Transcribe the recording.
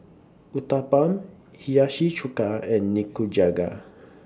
Uthapam Hiyashi Chuka and Nikujaga